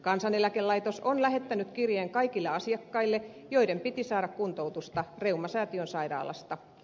kansaneläkelaitos on lähettänyt kirjeen kaikille asiakkaille joiden piti saada kuntoutusta reumasäätiön sairaalasta